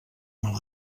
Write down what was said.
mal